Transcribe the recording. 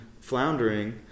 floundering